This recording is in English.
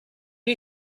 you